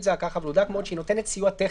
זה היה ככה והודק מאוד שהיא נותנת סיוע טכני.